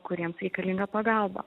kuriems reikalinga pagalba